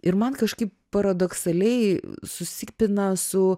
ir man kažkaip paradoksaliai susipina su